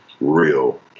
real